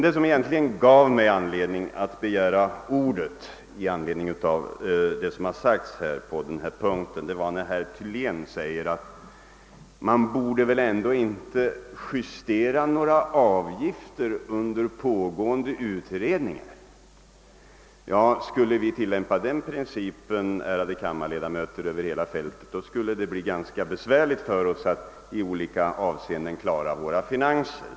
Det som egentligen gav mig anledning att begära ordet på grund av vad som har sagts på denna punkt var herr Thyléns uttalande att man inte borde justera några avgifter medan en utredning pågår. Om vi skulle tillämpa den principen, ärade kammarledamöter, över hela fältet skulle det bli ganska besvärligt för oss att i olika avseenden klara våra finanser.